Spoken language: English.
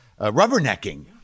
rubbernecking